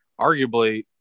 arguably